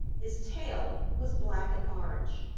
his tail was black and orange.